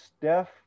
Steph